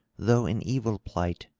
though in evil plight,